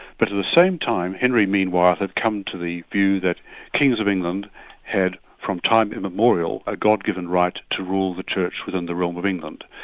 but at the same time, henry meanwhile had come to the view that kings of england had from time immemorial, a god-given right to rule the church within the realm of england.